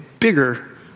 bigger